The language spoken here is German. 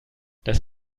das